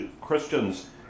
Christians